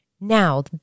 Now